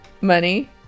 Money